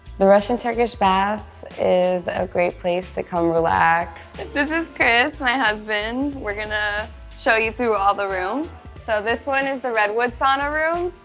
the russian-turkish baths is a great place to come relax. this is chris, my husband. we're going to show you through all the rooms. so this one is the redwood sauna room,